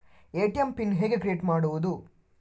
ATM PIN ಹೇಗೆ create ಮಾಡುವುದು?